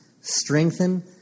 strengthen